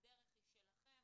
הדרך היא שלכם.